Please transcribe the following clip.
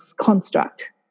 construct